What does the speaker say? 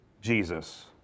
Jesus